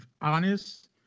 honest